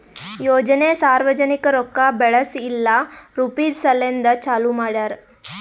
ಯೋಜನೆ ಸಾರ್ವಜನಿಕ ರೊಕ್ಕಾ ಬೆಳೆಸ್ ಇಲ್ಲಾ ರುಪೀಜ್ ಸಲೆಂದ್ ಚಾಲೂ ಮಾಡ್ಯಾರ್